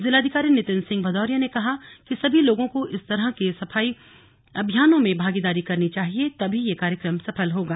जिलाधिकारी नितिन सिंह भदौरिया ने कहा कि सभी लोगों को इस तरह के सफाई अभियानों में भागीदारी करनी चाहिए तभी यह कार्यक्रम सफल होगा